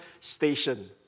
station